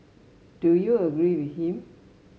do you agree with him